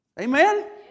Amen